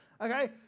Okay